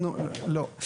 אנחנו, לא.